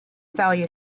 valued